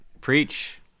Preach